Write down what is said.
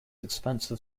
expensive